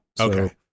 Okay